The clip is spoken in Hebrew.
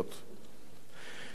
גדעון חסר לכולנו,